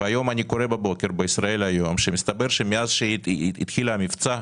אבל היום אני קורא בישראל היום שהסתבר שמאז שהתחיל המבצע,